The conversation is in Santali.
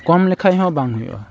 ᱠᱚᱢ ᱞᱮᱠᱷᱟᱱᱦᱚᱸ ᱵᱟᱝ ᱦᱩᱭᱩᱜᱼᱟ